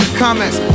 comments